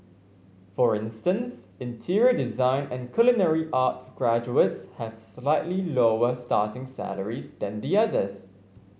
for instance interior design and culinary arts graduates have slightly lower starting salaries than the others